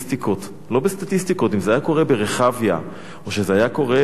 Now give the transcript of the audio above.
אם זה היה קורה ברחביה או שזה היה קורה בקטמון,